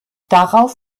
darauf